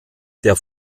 der